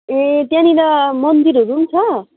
ए त्यहाँनिर मन्दिरहरू पनि छ